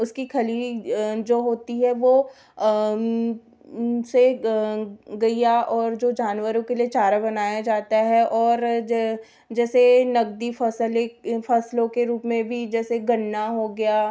उसकी खली जो होती है वो उसे गइया और जो जानवरों के लिए चारा बनाया जाता है और जैसे नगदी फ़सलिक फ़सलों के रूप में भी जैसे गन्ना हो गया